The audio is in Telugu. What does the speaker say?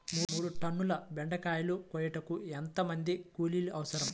మూడు టన్నుల బెండకాయలు కోయుటకు ఎంత మంది కూలీలు అవసరం?